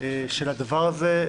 של הדבר הזה,